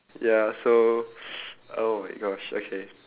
ya so oh my gosh okay